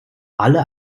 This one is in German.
alle